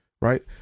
Right